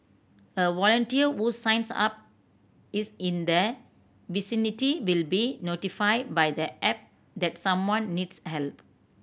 a volunteer who signs up is in the vicinity will be notified by the app that someone needs help